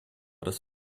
das